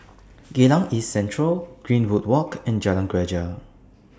Geylang East Central Greenwood Walk and Jalan Greja